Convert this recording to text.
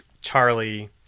Charlie